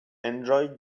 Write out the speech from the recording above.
enjoy